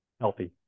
healthy